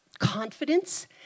confidence